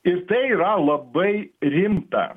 ir tai yra labai rimta